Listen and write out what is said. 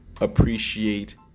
appreciate